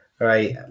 Right